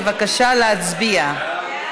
בבקשה, להצביע.